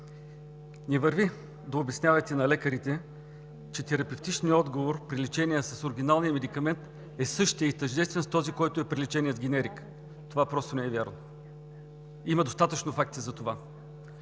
Не върви да обяснявате на лекарите, че терапевтичният отговор при лечение с оригиналния медикамент е същият и тъждествен с този, който е при лечение с генерика – това просто не е вярно. Има достатъчно факти за това.